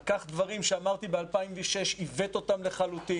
הוא לקח דברים שאמרתי ב-2006, עיוות אותם לחלוטין.